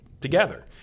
together